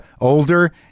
older